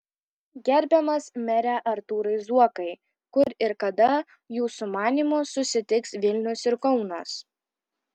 gerbiamas mere artūrai zuokai kur ir kada jūsų manymu susitiks vilnius ir kaunas